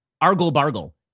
argle-bargle